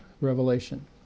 Revelation